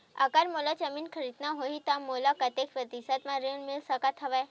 अगर मोला जमीन खरीदना होही त मोला कतेक प्रतिशत म ऋण मिल सकत हवय?